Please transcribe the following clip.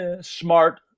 smart